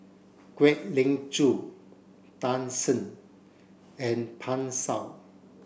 Kwek Leng Joo Tan Shen and Pan Shou